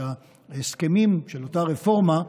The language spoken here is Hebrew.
שההסכמים של אותה רפורמה,